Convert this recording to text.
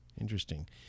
Interesting